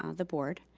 um the board.